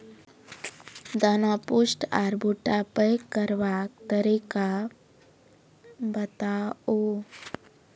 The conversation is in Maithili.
दाना पुष्ट आर भूट्टा पैग करबाक तरीका बताऊ?